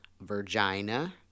Virginia